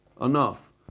Enough